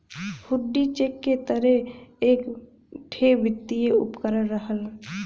हुण्डी cheque के तरे एक ठे वित्तीय उपकरण रहल